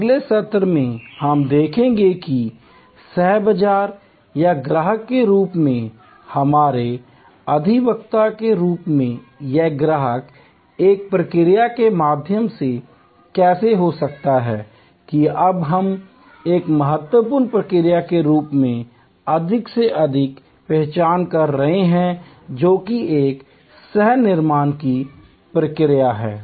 अगले सत्र में हम देखेंगे कि सह बाज़ार या ग्राहक के रूप में हमारे अधिवक्ता के रूप में यह ग्राहक एक प्रक्रिया के माध्यम से कैसे हो सकता है कि अब हम एक बहुत महत्वपूर्ण प्रक्रिया के रूप में अधिक से अधिक पहचान कर रहे हैं जो कि सह निर्माण की प्रक्रिया है